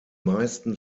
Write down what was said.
meisten